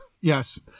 Yes